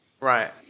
Right